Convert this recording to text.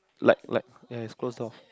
like like yeah is close door